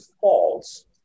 false